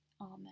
Amen